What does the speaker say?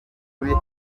kuri